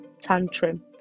tantrum